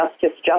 justice